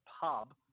pub